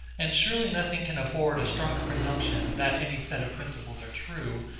and, surely nothing can afford a stronger presumption, that any set of principles are true,